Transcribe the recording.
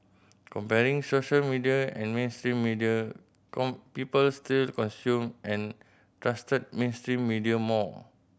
comparing social media and mainstream media people still consumed and trusted mainstream media more